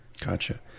gotcha